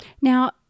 Now